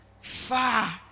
far